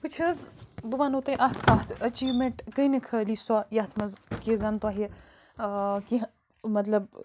وٕچھ حظ بہٕ وَنو تۄہہِ اَتھ کَتھ أچیٖومٮ۪نٛٹ گٔے نہٕ خٲلی سۄ یَتھ منٛز کہِ زَن تۄہہِ کیٚنٛہہ مطلب